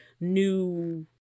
new